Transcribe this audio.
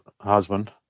husband